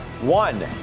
One